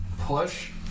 push